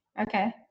Okay